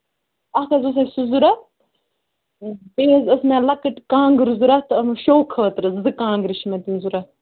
اکھ حظ اوس اَسہِ سُہ ضوٚرَتھ بیٚیہِ حظ ٲس مےٚ لَکٕٹۍ کانٛگٕرٕ ضوٚرَتھ شو خٲطرٕ زٕ کانٛگرِ چھِ مےٚ تِم ضوٚرَتھ